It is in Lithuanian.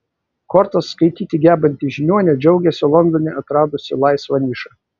kortas skaityti gebanti žiniuonė džiaugiasi londone atradusi laisvą nišą